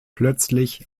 plötzlich